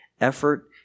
effort